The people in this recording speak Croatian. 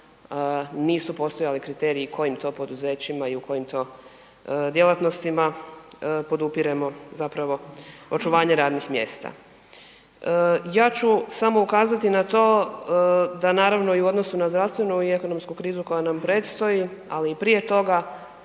nisu postojali kriteriji kojim to poduzećima i u kojim to djelatnostima, podupiremo zapravo očuvanje radnih mjesta. Ja ću samo ukazati na to da naravno i u odnosu na zdravstvenu i ekonomsku krizu koja nam predstoji, ali i prije toga,